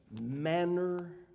manner